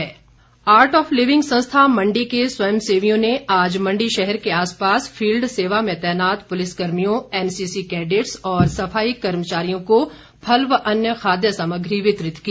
art of living art of living संस्था मण्डी के स्वयं सेवियों ने आज मण्डी शहर के आसपास फील्ड सेवा में तैनात पुलिस कर्मियों एनसीसी कैडेट्स और सफाई कर्मचारियों को फल व अन्य खाद्य सामग्री वितरित की